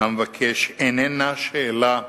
המבקש איננה שאלה רלוונטית,